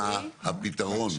מה הפתרון?